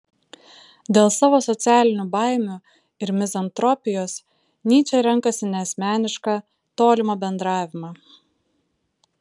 dėl savo socialinių baimių ir mizantropijos nyčė renkasi neasmenišką tolimą bendravimą